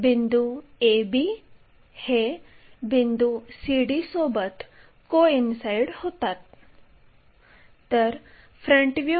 अशाप्रकारे d आणि d1 चे स्थान निश्चित करण्यासाठी येथे कट करू